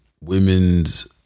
women's